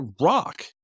rock